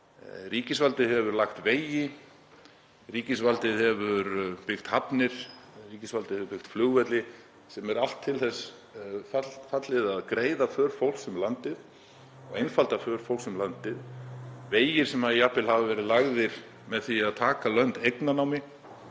Ríkisvaldið hefur lagt vegi, ríkisvaldið hefur byggt hafnir, ríkisvaldið hefur byggt flugvelli sem er allt til þess fallið að greiða för fólks um landið og einfalda för þess, vegi sem jafnvel hafa verið lagðir með því að taka lönd eignarnámi